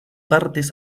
partes